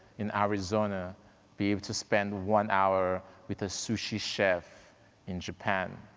in arizona be able to spend one hour with a sushi chef in japan?